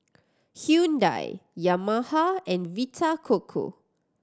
Hyundai Yamaha and Vita Coco